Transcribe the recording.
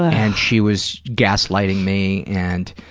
and she was gas-lighting me and,